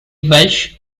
welsh